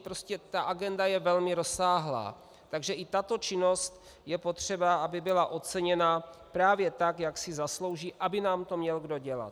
Prostě ta agenda je velmi rozsáhlá, takže i tato činnost je potřeba, aby byla oceněna právě tak, jak si zaslouží, aby nám to měl kdo dělat.